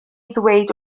ddweud